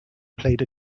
played